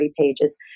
pages